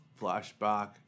flashback